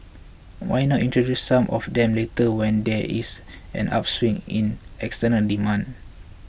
why not introduce some of them later when there is an upswing in external demand